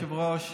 אדוני היושב-ראש,